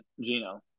Gino